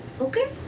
okay